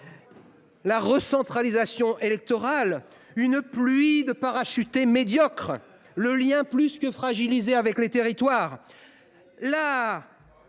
la recentralisation électorale, c’est une pluie de parachutés médiocres, c’est le lien plus que fragilisé avec les territoires…